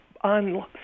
on